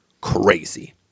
crazy